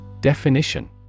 Definition